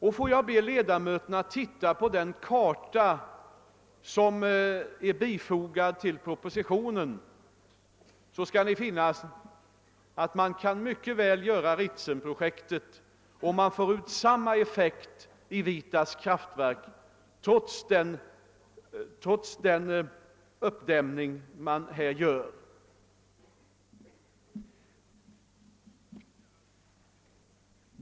Får jag be kammarens ledamöter titta på den karta som är fogad till propositionen. Ni kommer då att finna att man mycket väl kan genomföra Kaitumprojektet och att man får ut samma effekt i Vietas kraftverk, trots den uppdämning man här gör.